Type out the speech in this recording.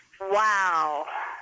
Wow